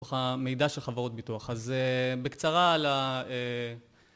מתוך המידע של חברות ביטוח. אז בקצרה על ה...